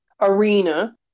arena